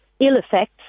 ill-effects